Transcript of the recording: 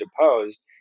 deposed